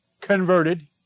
converted